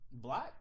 Black